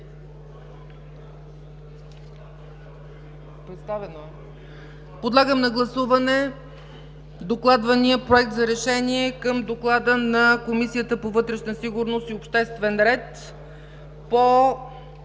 от доклада? Подлагам на гласуване докладвания Проект за решение към Доклада на Комисията по вътрешна сигурност и обществен ред, по